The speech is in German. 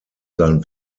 sein